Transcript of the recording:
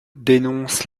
dénonce